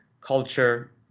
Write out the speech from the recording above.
culture